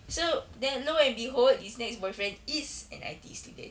so then lo and behold his next boyfriend is an I_T_E student